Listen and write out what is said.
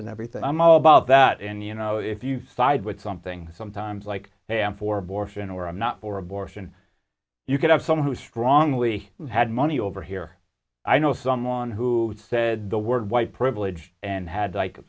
and everything i'm all about that and you know if you side with something sometimes like i am for abortion or i'm not for abortion you could have someone who strongly had money over here i know someone who said the word white privilege and had like